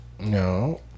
No